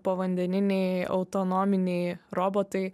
povandeniniai autonominiai robotai